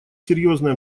серьезное